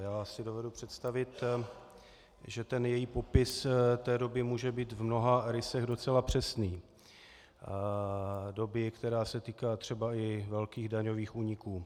Já si dovedu představit, že její popis té doby může být v mnoha rysech docela přesný, doby, která se týká třeba i velkých daňových úniků.